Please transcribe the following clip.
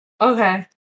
Okay